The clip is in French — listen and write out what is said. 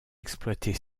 exploitée